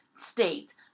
State